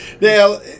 Now